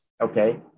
okay